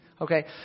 Okay